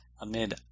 amid